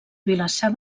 vilassar